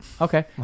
Okay